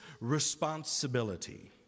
responsibility